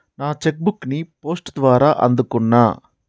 నా cheque book ని post ద్వారా అందుకున్నా